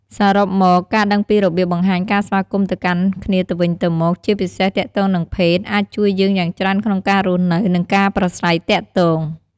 សរុបមក ការដឹងពីរបៀបបង្ហាញការស្វាគមន៍ទៅកាន់គ្នាទៅវិញទៅមក ជាពិសេសទាក់ទងនឹងភេទ អាចជួយយើងយ៉ាងច្រើនក្នុងការរស់នៅ និងការប្រាស្រ័យទាក់ទង។